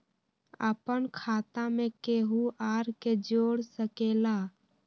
अपन खाता मे केहु आर के जोड़ सके ला?